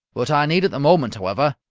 what i need at the moment, however,